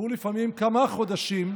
ולפעמים עוברים כמה חודשים,